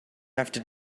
after